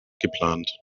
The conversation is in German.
geplant